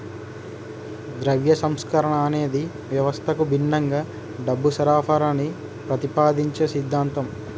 ద్రవ్య సంస్కరణ అనేది వ్యవస్థకు భిన్నంగా డబ్బు సరఫరాని ప్రతిపాదించే సిద్ధాంతం